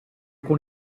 con